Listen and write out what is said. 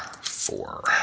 four